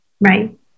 Right